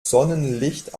sonnenlicht